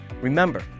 Remember